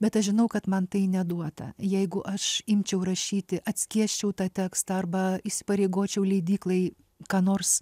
bet aš žinau kad man tai neduota jeigu aš imčiau rašyti atskiesčiau tą tekstą arba įsipareigočiau leidyklai ką nors